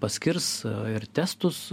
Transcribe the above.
paskirs ir testus